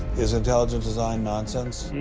is intelligent design nonsense?